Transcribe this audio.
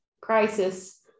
crisis